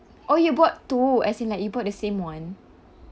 oh you bought two as in like you bought the same [one]